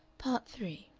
part three